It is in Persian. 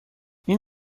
این